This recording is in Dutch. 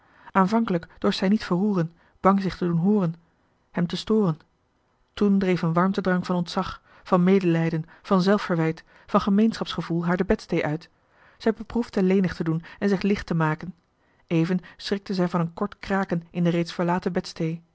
aanvankelijk dorst zij niet verroeren bang zich te doen hooren hem te storen toen dreef een warmtedrang van ontzag van medelijden van zelfverwijt van gemeenschapsgevoel haar de bedsteê uit zij beproefde lenig te doen en zich licht te maken even schrikte zij van een kort licht kraken in de reeds verlaten